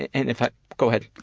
and if ah go ahead.